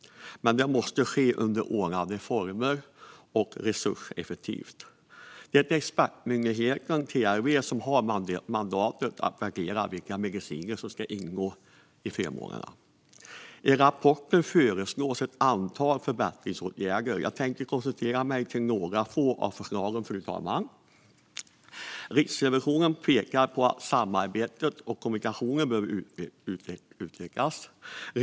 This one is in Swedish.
Men det måste ske under ordnade former och resurseffektivt. Det är expertmyndigheten TLV som har mandatet att värdera vilka mediciner som ska ingå i förmånerna. I rapporten föreslås ett antal förbättringsåtgärder. Jag tänker koncentrera mig på några få av förslagen, fru talman. Riksrevisionen pekar på att samarbetet och kommunikationen behöver utökas.